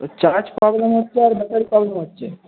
ও charge problem হচ্ছে আর battery problem হচ্ছে